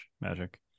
magic